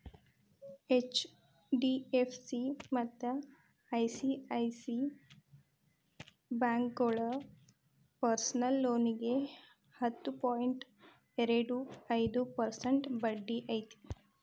HDFC ಮತ್ತ ICICI ಬ್ಯಾಂಕೋಳಗ personal ಲೋನಿಗಿ ಹತ್ತು ಪಾಯಿಂಟ್ ಎರಡು ಐದು ಪರ್ಸೆಂಟ್ ಬಡ್ಡಿ ಐತಿ